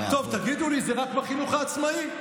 טוב, תגידו לי, זה רק בחינוך העצמאי.